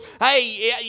hey